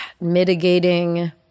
mitigating